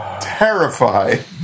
terrified